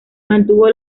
mantuvo